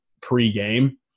pre-game